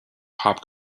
pop